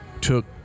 took